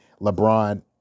LeBron